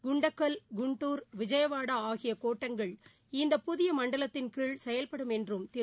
குண்டக்கல் குண்டூர் விஜயவாடாஆகியகோட்டங்கள் இந்த புதியமண்டலத்தின் கீழ் செயல்படும் என்றும் திரு